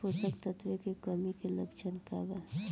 पोषक तत्व के कमी के लक्षण का वा?